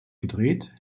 gedreht